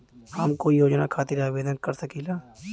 हम कोई योजना खातिर आवेदन कर सकीला?